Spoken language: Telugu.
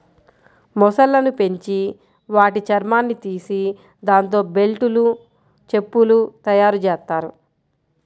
మొసళ్ళను పెంచి వాటి చర్మాన్ని తీసి దాంతో బెల్టులు, చెప్పులు తయ్యారుజెత్తారు